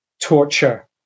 torture